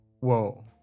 Whoa